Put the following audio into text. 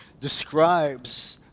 describes